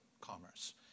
commerce